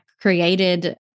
created